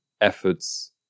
efforts